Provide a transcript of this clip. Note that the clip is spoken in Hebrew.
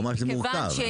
הוא אמר שזה מורכב,